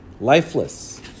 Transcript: lifeless